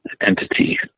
entity